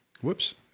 whoops